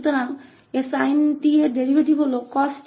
तो sin 𝑡 का derivative cost है